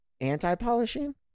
anti-polishing